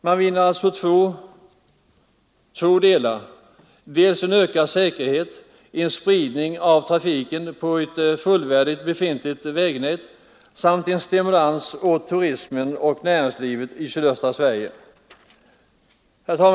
Man vinner alltså två ting: dels en ökad säkerhet genom en spridning av trafiken på ett fullvärdigt, befintligt vägnät, dels en stimulans åt turismen och näringslivet i sydöstra Sverige. Herr talman!